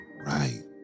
right